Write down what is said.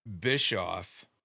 Bischoff